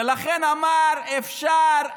ולכן אמר: אפשר איכשהו,